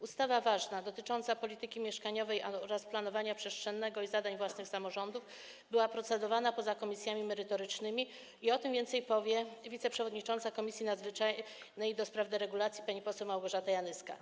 Ustawa ważna, dotycząca polityki mieszkaniowej oraz planowania przestrzennego i zadań własnych samorządów, była procedowana poza komisjami merytorycznymi i o tym więcej powie wiceprzewodnicząca Komisji Nadzwyczajnej do spraw deregulacji pani poseł Małgorzata Janyska.